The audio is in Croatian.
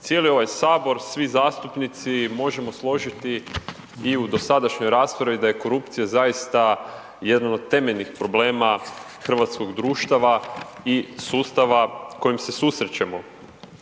cijeli ovaj Sabor, svi zastupnici možemo složiti i u dosadašnjoj raspravi, da je korupcija, zaista jedan od temeljnih problema hrvatskog društava i sustava kojim se susrećemo.